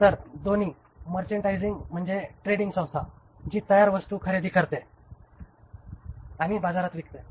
तर दोन्ही मर्चेंडायझिंग म्हणजे ट्रेडिंग संस्था जी तयार वस्तू खरेदी करते आणि बाजारात विकते